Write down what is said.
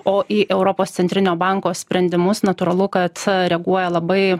o į europos centrinio banko sprendimus natūralu kad reaguoja labai